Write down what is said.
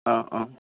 ആ ആ